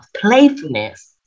playfulness